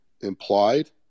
implied